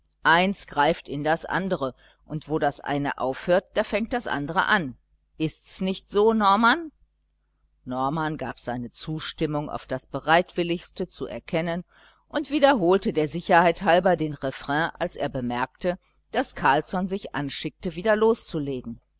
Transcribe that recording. eins greift in das andere und wo das eine aufhört da fängt das andre an ists nicht so norman norman gab seine zustimmung auf das bereitwilligste zu erkennen und wiederholte der sicherheit halber den refrain als er bemerkte daß carlsson sich anschickte wieder loszulegen